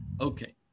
okay